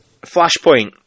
flashpoint